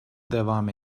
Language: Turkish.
devam